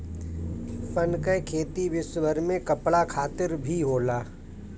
सन कअ खेती विश्वभर में कपड़ा खातिर भी होला